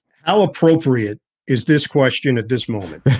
how appropriate is this question at this moment?